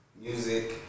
music